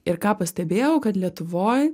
ir ką pastebėjau kad lietuvoj